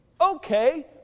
okay